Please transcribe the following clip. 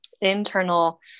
internal